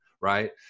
right